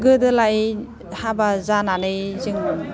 गोदोलाय हाबा जानानै जों